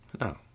No